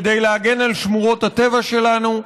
כדי להגן על שמורות הטבע שלנו.